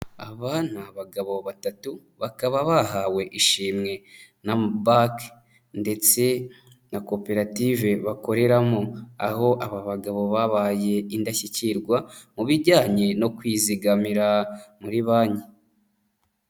Aba ni abagabo batatu bakaba bahawe ishimwe na amabanke ndetse na koperative bakoreramo, aho aba bagabo babaye indashyikirwa mu bijyanye no kwizigamira muri banki.